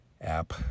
app